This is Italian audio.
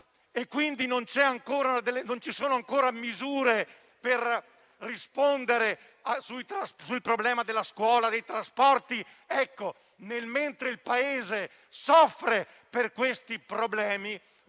e quindi non ci sono ancora misure per rispondere al problema della scuola o dei trasporti, nel mentre il Paese soffre per questi problemi,